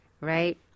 Right